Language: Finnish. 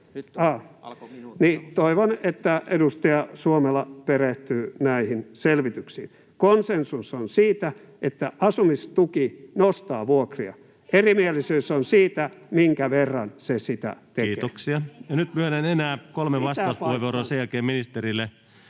Toivon, että edustaja Suomela perehtyy näihin selvityksiin. Konsensus on siitä, että asumistuki nostaa vuokria. Erimielisyys on siitä, minkä verran se sitä tekee. [Iiris Suomela: Ei pidä paikkaansa!] — Pitää